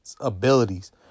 abilities